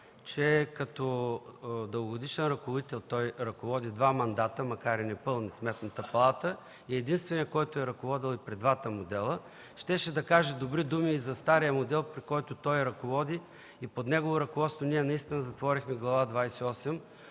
като дългогодишен ръководител – той ръководи два мандата, макар и непълни, Сметната палата и е единственият, който я е ръководил при двата модела, щеше да каже добри думи за стария модел, при който той ръководи, защото под негово ръководство ние наистина затворихме Глава